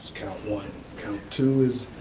count one, count two is,